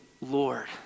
Lord